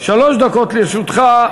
שלוש דקות לרשותך.